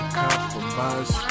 compromise